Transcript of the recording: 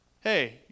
Hey